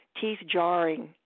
teeth-jarring